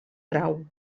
grau